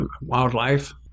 wildlife